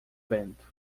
vento